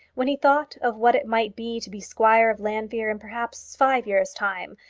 when he thought of what it might be to be squire of llanfeare in perhaps five years' time,